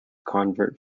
convert